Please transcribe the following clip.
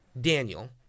daniel